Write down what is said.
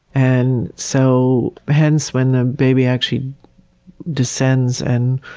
and so hence when the baby actually descends and